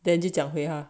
then 就讲回他